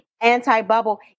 anti-bubble